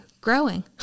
growing